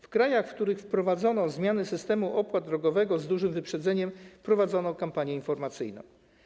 W krajach, w których wprowadzono zmiany dotyczące systemu opłat drogowego, z dużym wyprzedzeniem prowadzono kampanię informacyjną.